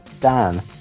Dan